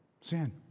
Sin